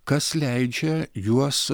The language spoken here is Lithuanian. kas leidžia juos